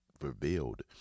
revealed